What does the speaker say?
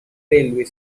railway